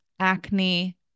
acne